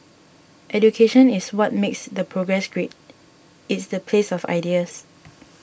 education is what makes the progress great it's the place of ideas